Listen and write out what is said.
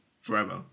forever